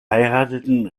heirateten